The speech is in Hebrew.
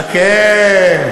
חכה.